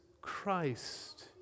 Christ